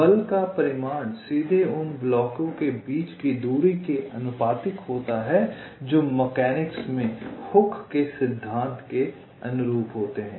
बल का परिमाण सीधे उन ब्लॉकों के बीच की दूरी के आनुपातिक होता है जो मैकेनिक्स में हुक के सिद्धांत के अनुरूप होते हैं